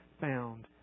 found